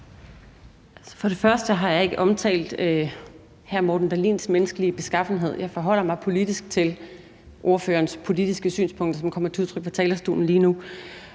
For det første har jeg ikke omtalt hr. Morten Dahlins menneskelige beskaffenhed. Jeg forholder mig politisk til ordførerens politiske synspunkter, som kommer til udtryk på talerstolen lige nu.